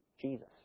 Jesus